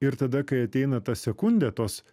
ir tada kai ateina ta sekundė tos